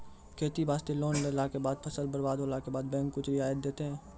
खेती वास्ते लोन लेला के बाद फसल बर्बाद होला के बाद बैंक कुछ रियायत देतै?